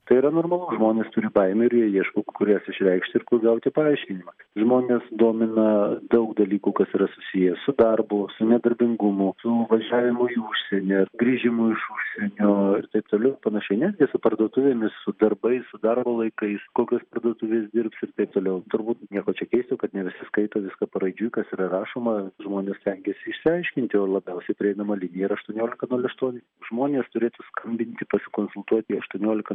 tai yra normalu žmonės turi baimių ir jie ieško kur jas išreikšti ir kur gauti paaiškinimą žmones domina daug dalykų kas yra susiję su darbu su nedarbingumu su važiavimu į užsienį ar grįžimu iš užsienio ir taip toliau ar panašiai netgi su parduotuvėmis su darbais su darbo laikais kokios parduotuvės dirbs ir taip toliau turbūt nieko čia keisto kad ne visi skaito viską paraidžiui kas yra rašoma žmonės stengiasi išsiaiškinti o labiausiai prieinama linija yra aštuoniolika nul aštuoni žmonės turėtų skambinti pasikonsultuot į aštuoniolika